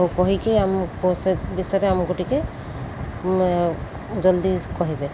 କହିକି ଆମ ସେ ବିଷୟରେ ଆମକୁ ଟିକେ ଜଲ୍ଦି କହିବେ